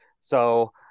so-